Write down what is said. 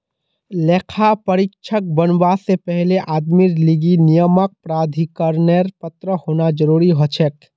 लेखा परीक्षक बनवा से पहले आदमीर लीगी नियामक प्राधिकरनेर पत्र होना जरूरी हछेक